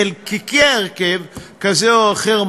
חלקיקי הרכב כזה או אחר,